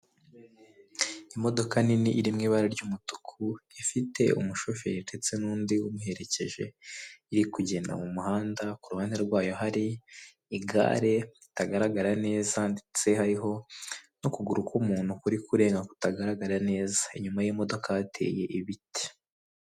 Imodoka nini iri mu ibara ry'umutuku ifite umushoferi ndetse n'undi umuherekeje iri kugenda mu muhanda ku ruhande rwayo hari igare ritagaragara neza ndetse hariho n'ukuguru k'umuntu kuri kurenga kutagaragara neza inyuma y'imodoka hateye ibiti.